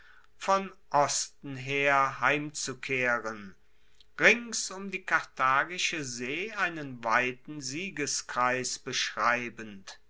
von osten her heimzukehren rings um die karthagische see einen weiten siegeskreis beschreibend